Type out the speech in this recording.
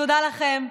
תודה לכם,